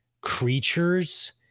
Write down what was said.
creatures